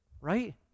right